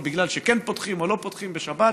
בגלל שכן פותחים או לא פותחים בשבת,